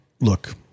look